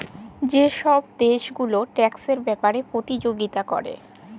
যে ছব দ্যাশ গুলা ট্যাক্সের ব্যাপারে পতিযগিতা ক্যরে